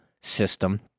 system